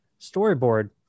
storyboard